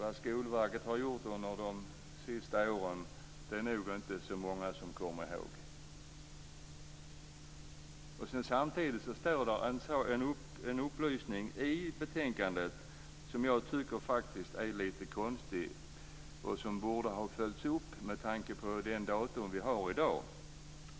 Vad Skolverket har gjort under de sista åren är nog inte så många som kommer ihåg. Samtidigt står det en upplysning i betänkandet som jag tycker är lite konstig. Den borde ha följts upp, med tanke på det datum vi har i dag.